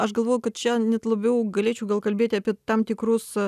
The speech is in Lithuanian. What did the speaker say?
aš galvoju kad čia net labiau galėčiau kalbėti apie tam tikrus